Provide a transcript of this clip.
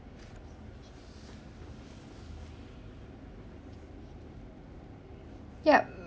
yup